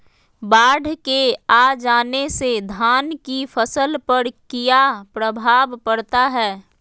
बाढ़ के आ जाने से धान की फसल पर किया प्रभाव पड़ता है?